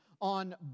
on